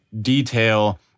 detail